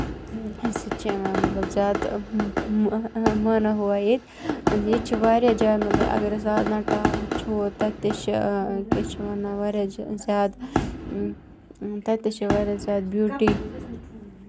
سُہ تہِ چھُ یِوان مطلب زیادٕ مانا ہوا ییٚتہِ چھُ واریاہ جنگلہٕ اَگر أسۍ سادنا ٹاپ وٕچھ تَتہِ تہِ چھُ کیاہ چھِ اَتھ وَنان واریاہ زیادٕ تَتہِ تہِ چِھِ واریاہ زیادٕ بیوٹی